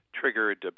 triggered